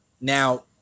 Now